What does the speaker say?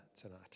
tonight